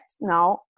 now